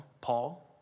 Paul